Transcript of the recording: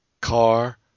Car